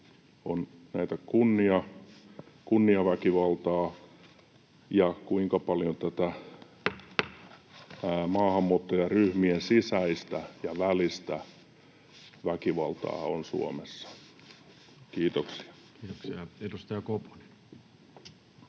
on tätä kunniaväkivaltaa ja kuinka paljon tätä maahanmuuttajaryhmien sisäistä ja välistä väkivaltaa. — Kiitoksia. Kiitoksia. — Edustaja Koponen.